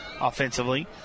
offensively